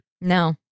No